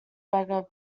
beggars